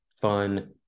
fun